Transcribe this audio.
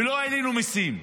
ולא העלינו מיסים.